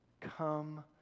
Come